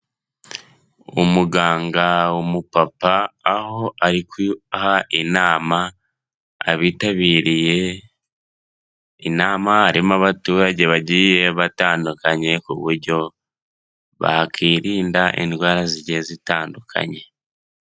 Umuganga, umupapa aho ariha inama abitabiriye inama harimo abaturage bagiye batandukanye kuburyo bakwirinda indwara zigiye zitandukanye.